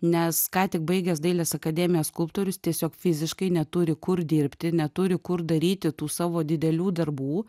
nes ką tik baigęs dailės akademiją skulptorius tiesiog fiziškai neturi kur dirbti neturi kur daryti tų savo didelių darbų